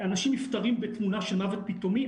אנשים נפטרים בתמונה של מוות פתאומי,